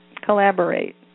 collaborate